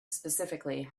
specifically